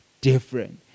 different